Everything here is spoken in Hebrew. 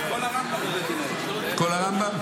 כל הרמב"ם --- את כל הרמב"ם?